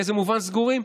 באיזה מובן סגורים?